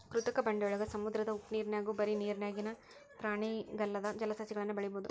ಕೃತಕ ಬಂಡೆಯೊಳಗ, ಸಮುದ್ರದ ಉಪ್ಪನೇರ್ನ್ಯಾಗು ಬರಿ ನೇರಿನ್ಯಾಗಿನ ಪ್ರಾಣಿಗಲ್ಲದ ಜಲಸಸಿಗಳನ್ನು ಬೆಳಿಬೊದು